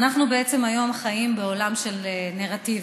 אנחנו בעצם היום חיים בעולם של נרטיבים,